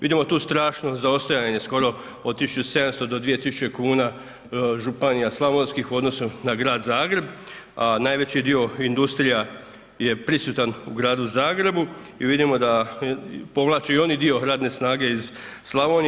Vidimo tu strašno zaostajanje skoro od 1700 do 2000 kn, županija slavonskih odnosno na grad Zagreb, a najveći dio industrija je prisutan u gradu Zagrebu i vidimo da povlači i on dio radne snage iz Slavonije.